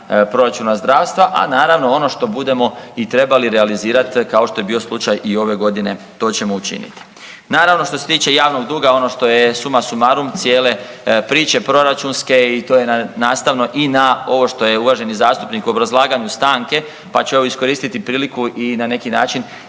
proračuna zdravstva, a naravno ono što budemo i trebali realizirati kao što je bio slučaj i ove godine, to ćemo učiniti. Naravno što se tiče javnog duga, ono što je suma sumarum cijele priče proračunske i to je nastavno i na ovo što je uvaženi zastupnik u obrazlaganju stanke pa ću evo iskoristiti priliku i na neki način